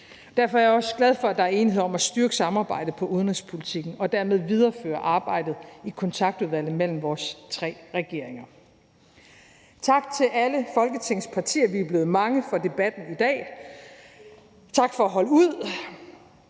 Derfor er jeg også glad for, at der er enighed om at styrke samarbejdet på udenrigspolitikken og dermed videreføre arbejdet i kontaktudvalget mellem vores tre regeringer. Tak til alle Folketingets partier – vi er blevet mange – for debatten i dag, tak for at holde ud,